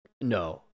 No